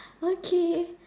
okay